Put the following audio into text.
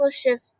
shift